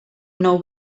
nou